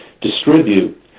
distribute